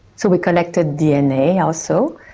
so we collected dna also.